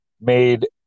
made